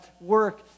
work